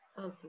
Okay